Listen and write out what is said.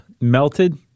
melted